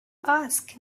ask